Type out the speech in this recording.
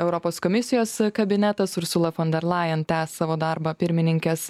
europos komisijos kabinetas ursula von derlajen tęs savo darbą pirmininkės